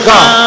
God